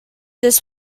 this